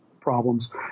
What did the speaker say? problems